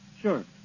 Sure